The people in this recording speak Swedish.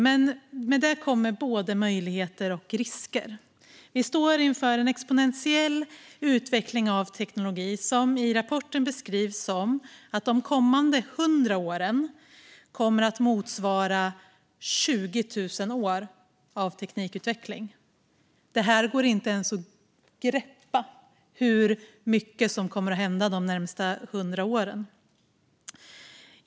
Men med detta kommer både möjligheter och risker. Vi står inför en exponentiell utveckling av teknik som i rapporten beskrivs som att de kommande 100 åren kommer att motsvara 20 000 år av teknikutveckling. Det går inte att greppa hur mycket som kommer att hända de närmaste 100 åren.